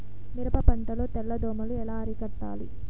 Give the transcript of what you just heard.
మిరప పంట లో తెల్ల దోమలు ఎలా అరికట్టాలి?